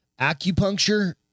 Acupuncture